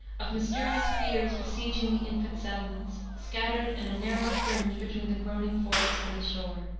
of mysterious fears besieging the infant settlements, scattered in a narrow fringe between the groaning forest and the shore.